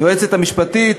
היועצת המשפטית,